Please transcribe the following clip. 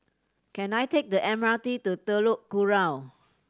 can I take the M R T to Telok Kurau